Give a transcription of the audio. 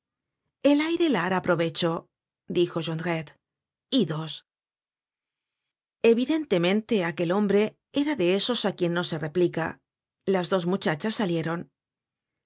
el aire la hará provecho dijo jondretle idos evidentemente aquel hombre era de esos á quien no se replica las dos muchachas salieron en